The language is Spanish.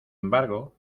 embargo